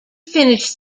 finished